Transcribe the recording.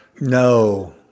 No